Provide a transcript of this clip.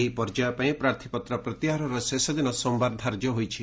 ଏହି ପର୍ଯ୍ୟାୟ ପାଇଁ ପ୍ରାର୍ଥୀପତ୍ର ପ୍ରତ୍ୟାହାରର ଶେଷ ଦିନ ସୋମବାର ଧାର୍ଯ୍ୟ ହୋଇଛି